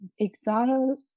exile